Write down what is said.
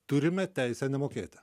turime teisę nemokėti